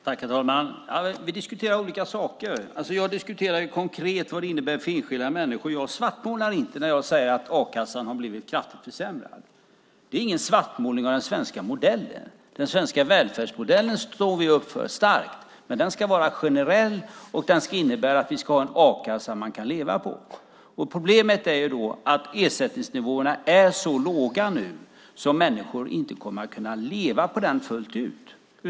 Herr talman! Vi diskuterar olika saker. Jag diskuterar konkret vad det innebär för enskilda människor. Jag svartmålar inte när jag säger att a-kassan har blivit kraftigt försämrad. Det är ingen svartmålning av den svenska modellen. Vi står starkt upp för den svenska välfärdsmodellen. Men den ska vara generell, och den ska innebära att vi ska ha en a-kassa som människor kan leva på. Problemet är att ersättningsnivåerna nu är så låga att människor inte kommer att kunna leva på ersättningen fullt ut.